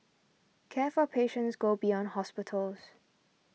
care for patients go beyond hospitals